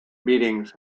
meetings